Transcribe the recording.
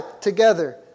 together